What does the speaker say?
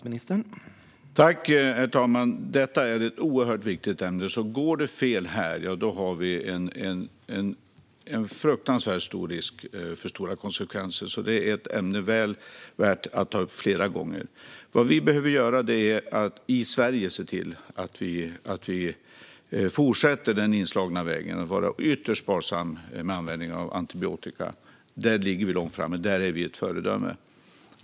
Herr talman! Detta är ett oerhört viktigt ämne. Går det fel här är risken fruktansvärt stor för allvarliga konsekvenser, så detta är ett ämne väl värt att ta upp flera gånger. Vad vi behöver göra är att se till att vi i Sverige fortsätter på den inslagna vägen och är ytterst sparsamma med användning av antibiotika. Där ligger vi långt fram och är ett föredöme.